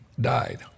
died